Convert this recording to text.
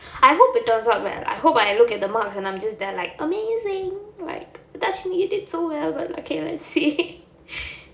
I hope it turns out well I hope I look at the marks and I'm just there like amazing like dharshini you did so well but okay let's see